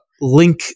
link